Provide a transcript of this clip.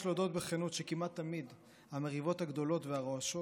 יש להודות בכנות שכמעט תמיד המריבות הגדולות והרועשות